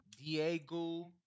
Diego